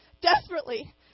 Desperately